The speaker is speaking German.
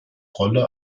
rolle